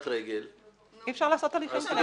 רגל -- אי אפשר לעשות הליכים כנגדם.